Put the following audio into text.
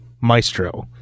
Maestro